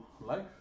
life